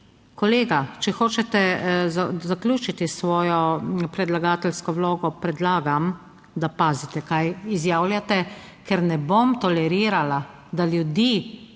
kolega, če hočete zaključiti svojo predlagateljsko vlogo, predlagam, da pazite kaj izjavljate, ker ne bom tolerirala, da ljudi